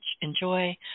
enjoy